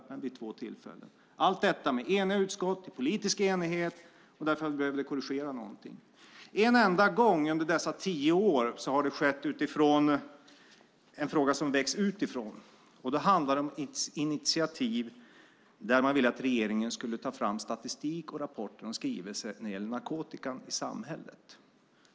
Allt detta har skett med eniga utskott, i politisk enighet och därför att man behövde korrigera något. En enda gång under dessa tio år har det skett i fråga om en fråga som väckts utifrån. Då handlade det om ett initiativ då man ville att regeringen skulle ta fram statistik, rapporter och en skrivelse beträffande narkotikan i samhället.